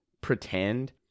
pretend